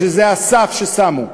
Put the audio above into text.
שזה הסף ששמו.